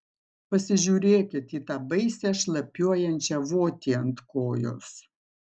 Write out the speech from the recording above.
pasižiūrėkit į tą baisią šlapiuojančią votį ant kojos